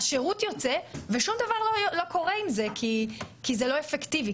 השירות יוצא ושום דבר לא קורה עם זה כי זה לא אפקטיבי,